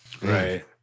Right